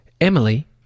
Emily